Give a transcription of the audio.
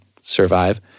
survive